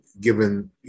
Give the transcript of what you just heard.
given